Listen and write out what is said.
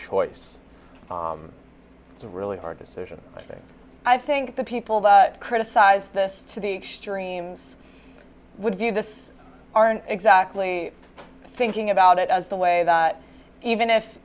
choice is a really hard decision i think i think the people but criticize this to the extremes would do this aren't exactly thinking about it as the way that even if